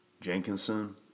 Jenkinson